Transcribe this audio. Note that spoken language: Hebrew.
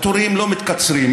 התורים לא מתקצרים,